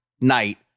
night